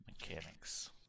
mechanics